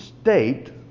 state